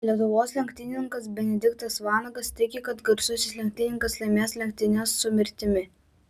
lietuvos lenktynininkas benediktas vanagas tiki kad garsusis lenktynininkas laimės lenktynes su mirtimi